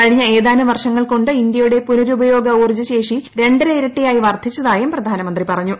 കഴിഞ്ഞ ഏതാനും വർഷങ്ങൾ കൊണ്ട് ഇന്ത്യയുടെ പുനരുപയോഗ ഊർജശേഷി രണ്ടര ഇരട്ടിയായി വർധിച്ചതായും പ്രധാനമന്ത്രിപറഞ്ഞു